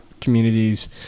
communities